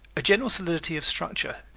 a general solidity of structure,